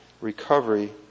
recovery